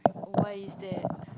why is that